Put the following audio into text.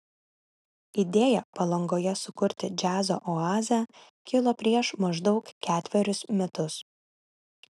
idėja palangoje sukurti džiazo oazę kilo prieš maždaug ketverius metus